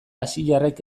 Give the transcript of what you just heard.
asiarrek